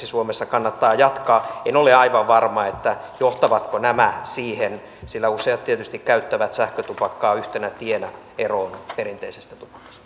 suomessa kannattaa jatkaa en ole aivan varma johtavatko nämä siihen sillä useat tietysti käyttävät sähkötupakkaa yhtenä tienä eroon perinteisestä